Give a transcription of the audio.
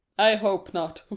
i hope not,